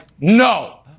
no